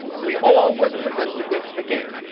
we all was presented with a game.